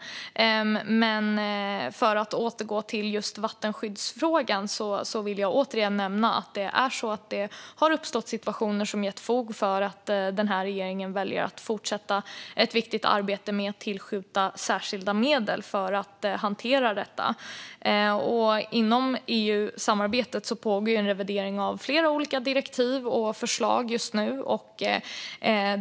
För att återgå till vattenskyddsfrågan vill jag återigen nämna att det har uppstått situationer som har gett fog för att den här regeringen väljer att fortsätta ett viktigt arbete med att tillskjuta särskilda medel för att hantera detta. Inom EU-samarbetet pågår en revidering av flera olika direktiv och förslag just nu.